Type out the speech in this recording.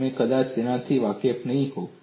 તમે કદાચ તેનાથી વાકેફ નહીં હોવ